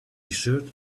shirt